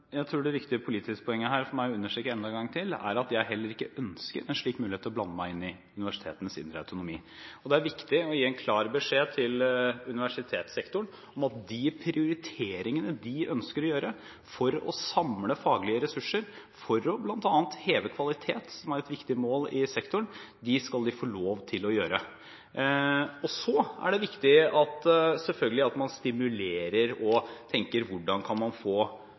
Jeg tror det viktige politiske poenget for meg å understreke her enda en gang til, er at jeg heller ikke ønsker en slik mulighet til å blande meg inn i universitetenes indre autonomi. Det er viktig å gi en klar beskjed til universitetssektoren om at de prioriteringene de ønsker å gjøre for å samle faglige ressurser, for bl.a. å heve kvaliteten som er et viktig mål i sektoren, skal de få lov til å gjøre. Og så er det selvfølgelig viktig at man stimulerer og tenker hvordan man kan få